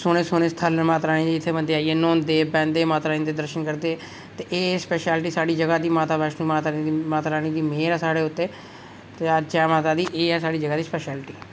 सोह्ने सोह्ने स्थल न माता रानी दे जित्थै बंदे आइयै न्हौंदे बंदे माता रानी दे दर्शन करदे ते एह् स्पैशैलिटी स्हाड़ी जगह दी माता वैष्णो माता रानी दी मेह्र ऐ स्हाड़े उत्थै ते जय माता दी एह् ऐ स्हाड़ी जगह दी स्पैशैलिटी